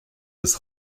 des